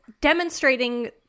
demonstrating